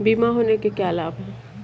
बीमा होने के क्या क्या लाभ हैं?